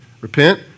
Repent